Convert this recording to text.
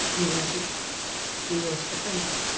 the us is the worst offender,